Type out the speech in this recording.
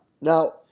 Now